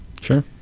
sure